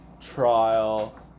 trial